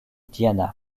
diana